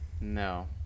No